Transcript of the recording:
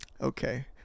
Okay